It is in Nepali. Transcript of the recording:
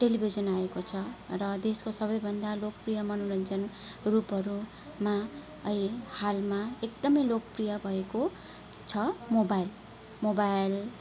टेलिभिजन आएको छ र देशको सबैभन्दा लोकप्रिय मनोरञ्जन रूपहरूमा अहिले हालमा एकदमै लोकप्रिय भएको छ मोबाइल मोबाइल